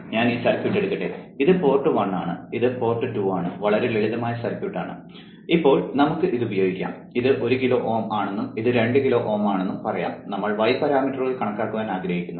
ഞാൻ ഈ സർക്യൂട്ട് എടുക്കട്ടെ ഇത് പോർട്ട് 1 ആണ് ഇത് പോർട്ട് 2 ആണ് വളരെ ലളിതമായ സർക്യൂട്ട് ആണ് ഇപ്പോൾ നമുക്ക് ഇത് ഉപയോഗിക്കാം ഇത് 1 കിലോ Ω ആണെന്നും ഇത് 2 കിലോ Ω ആണെന്നും പറയാം നമ്മൾ y പാരാമീറ്ററുകൾ കണക്കാക്കാൻ ആഗ്രഹിക്കുന്നു